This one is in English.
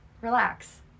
Relax